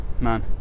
man